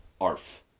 ARF